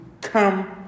come